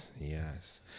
Yes